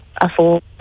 afford